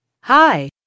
Hi